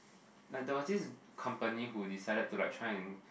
like that was this company who decided to like try